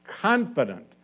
confident